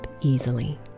easily